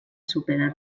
superar